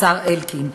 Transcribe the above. השר אלקין,